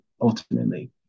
ultimately